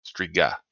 Striga